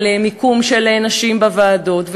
על מיקום של נשים בוועדות,